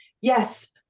yes